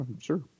Sure